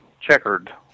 checkered